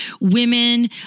women